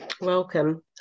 welcome